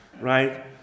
right